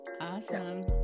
awesome